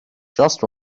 just